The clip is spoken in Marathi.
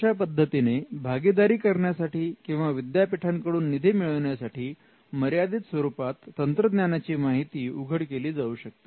अशा पद्धतीने भागीदारी करण्यासाठी किंवा विद्यापीठांकडून निधी मिळवण्यासाठी मर्यादित स्वरूपात तंत्रज्ञानाची माहिती उघड केली जाऊ शकते